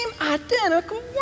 identical